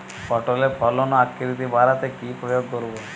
পটলের ফলন ও আকৃতি বাড়াতে কি প্রয়োগ করব?